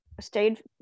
stayed